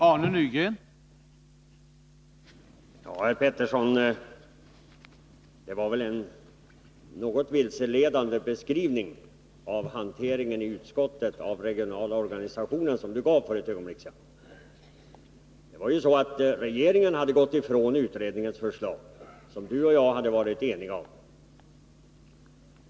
Herr talman! Det var väl en något vilseledande beskrivning av utskottets |: utbildning och Röstånga gav för ett ögonblick sedan. Det var ju så, att regeringen hade gått organisation ifrån utredningens förslag, vilket Hans Petersson och jag varit eniga om.